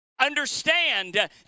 Understand